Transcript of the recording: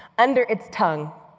under its tongue.